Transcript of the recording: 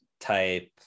type